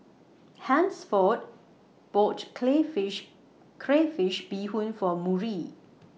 Hansford boughts Crayfish Crayfish Beehoon For Murry